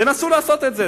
תנסו לעשות את זה.